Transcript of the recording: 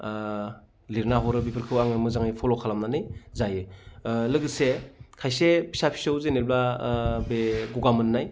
लिरना हरो बेफोरखौ आङो मोजाङै फल' खालामनानै जायो लोगोसे खायसे फिसा फिसौ जेनेब्ला बे गगा मोननाय